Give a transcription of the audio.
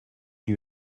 lui